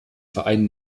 verein